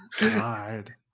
God